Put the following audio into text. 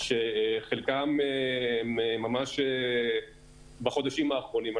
שחלקם ממש בחודשים האחרונים.